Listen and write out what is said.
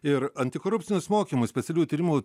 ir antikorupcinius mokymus specialiųjų tyrimų